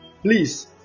Please